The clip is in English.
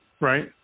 right